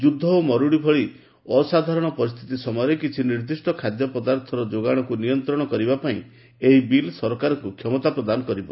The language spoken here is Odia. ଯୁଦ୍ଧ ଓ ମରୁଡ଼ି ଭଳି ଅସାଧାରଣ ପରିସ୍ଥିତି ସମୟରେ କିଛି ନିର୍ଦ୍ଦିଷ୍ଟ ଖାଦ୍ୟପଦାର୍ଥର ଯୋଗାଶକୁ ନିୟନ୍ତ୍ରଣ କରିବା ପାଇଁ ଏହି ବିଲ୍ ସରକାରଙ୍କୁ କ୍ଷମତା ପ୍ରଦାନ କରିବ